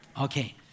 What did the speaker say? Okay